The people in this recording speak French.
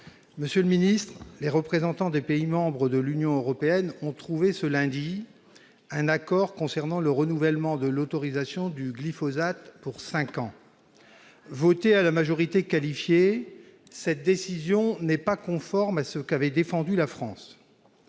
de l'agriculture. Les représentants des pays membres de l'Union européenne ont trouvé ce lundi un accord concernant le renouvellement de l'autorisation du glyphosate pour cinq ans. Votée à la majorité qualifiée, cette décision n'est pas conforme à ce qu'avait défendu la France.